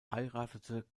heiratete